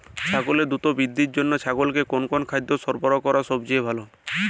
ছাগলের দ্রুত বৃদ্ধির জন্য ছাগলকে কোন কোন খাদ্য সরবরাহ করা সবচেয়ে ভালো?